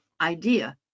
idea